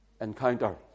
encounter